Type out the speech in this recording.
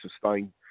sustain